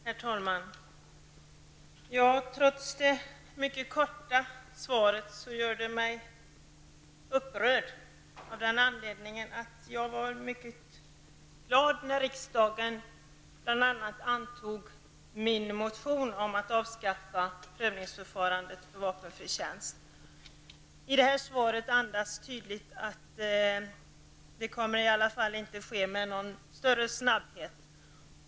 Herr talman! Trots att svaret var mycket kort gör det mig upprörd av den anledningen att jag var mycket glad när riksdagen bl.a. antog min motion om att avskaffa prövningsförfarandet när det gäller vapenfri tjänst. Svaret andas tydligt att det inte kommer att ske med någon större snabbhet.